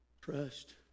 trust